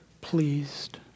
pleased